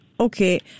Okay